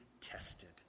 tested